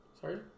Sorry